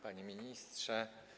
Panie Ministrze!